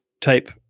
type